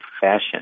Fashion